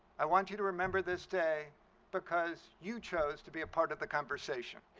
i want you to remember this day because you chose to be a part of the conversation.